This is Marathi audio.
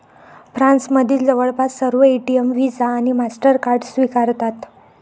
फ्रान्समधील जवळपास सर्व एटीएम व्हिसा आणि मास्टरकार्ड स्वीकारतात